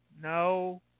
No